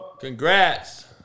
congrats